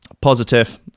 positive